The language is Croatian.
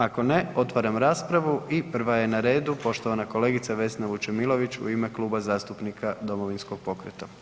Ako ne, otvaram raspravu i prva je na redu poštovana kolegica Vesna Vučemilović u ime Kluba zastupnika Domovinskog pokreta.